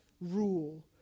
rule